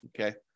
Okay